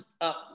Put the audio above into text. up